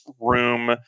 room